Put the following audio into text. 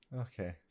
okay